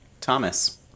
Thomas